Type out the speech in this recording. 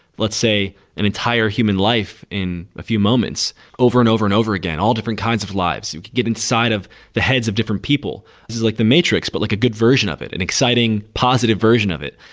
let's say an entire human life in a few moments over and over and over again, all different kinds of lives. you can get inside of the heads of different people. this is like the matrix, but like a good version of it, an exciting positive version of it.